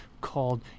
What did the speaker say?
called